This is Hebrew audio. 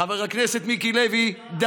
חבר הכנסת מיקי לוי.